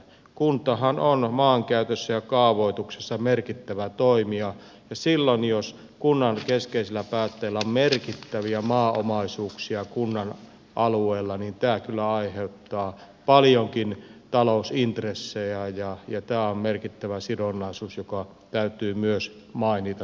kuntahan on maan käytössä ja kaavoituksessa merkittävä toimija ja silloin jos kunnan keskeisellä päättäjällä on merkittäviä maaomaisuuksia kunnan alueella niin tämä kyllä aiheuttaa paljonkin talousintressejä ja tämä on merkittävä sidonnaisuus joka täytyy myös mainita sidonnaisuusilmoituksissa